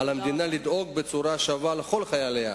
על המדינה לדאוג בצורה שווה לכל חייליה.